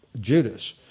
Judas